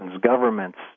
governments